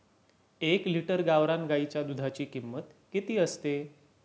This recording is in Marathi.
एक लिटर गावरान गाईच्या दुधाची किंमत किती असते?